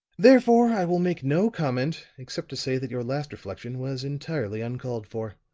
therefore, i will make no comment except to say that your last reflection was entirely uncalled for.